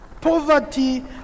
poverty